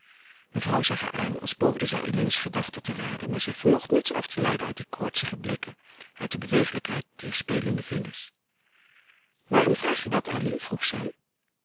mevrouw zag haar aan als poogde zij eline's gedachten te raden maar zij vermocht niets af te leiden uit die koortsige blikken uit de bewegelijkheid dier spelende vingers waarom vraag je dat elly vroeg zij